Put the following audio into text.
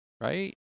right